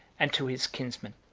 and to his kinsmen.